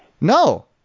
No